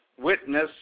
witness